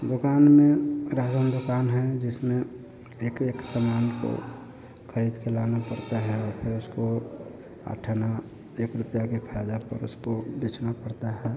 दुकान में रझन दुकान है जिसमें एक एक सामान को ख़रीद के लाना पड़ता है फिर उसको आठ आना एक रुप्ये के फायदा पर उसको बेचना पड़ता है